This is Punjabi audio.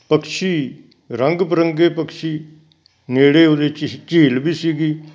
ਪਕਸ਼ੀ ਰੰਗ ਬਿਰੰਗੇ ਪਕਸ਼ੀ ਨੇੜੇ ਉਹਦੇ ਝੀ ਝੀਲ ਵੀ ਸੀਗੀ